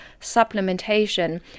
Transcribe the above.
supplementation